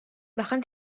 bahkan